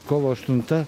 kovo aštunta